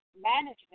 management